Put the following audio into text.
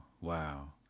Wow